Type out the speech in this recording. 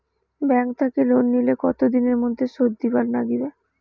Bank থাকি loan নিলে কতো দিনের মধ্যে শোধ দিবার নাগিবে?